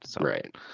Right